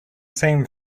same